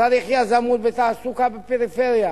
צריך יזמות בתעסוקה בפריפריה,